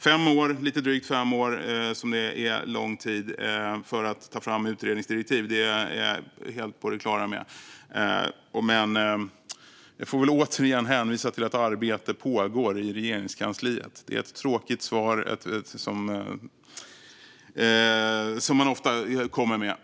Fem år, lite drygt, är lång tid för att ta fram utredningsdirektiv. Det är jag helt på det klara med. Jag får återigen hänvisa till att arbete pågår i Regeringskansliet. Det är ett tråkigt svar, som man ofta kommer med.